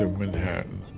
and manhattan